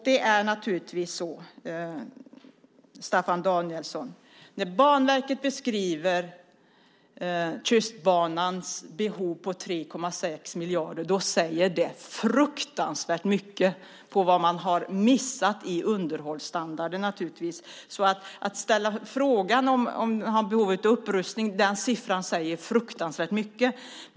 Det är naturligtvis så, Staffan Danielsson, att när Banverket beskriver kustbanans behov på 3,6 miljarder säger det fruktansvärt mycket om vad man har missat i underhållsstandard. Ställer man frågan om behovet av upprustning säger den siffran fruktansvärt mycket.